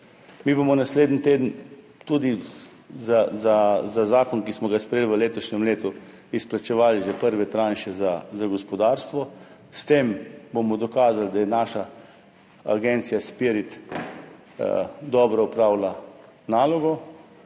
Mi bomo naslednji teden tudi za zakon, ki smo ga sprejeli v letošnjem letu, izplačevali že prve tranše za gospodarstvo. S tem bomo dokazali, da je naša agencija SPIRIT dobro opravila nalogo.